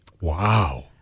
Wow